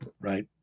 right